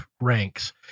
ranks